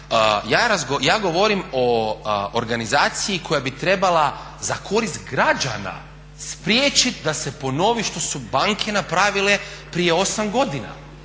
Ja govorim o organizaciji koja bi trebala za korist građana spriječit da se ponovi što su banke napravile prije 8 godina.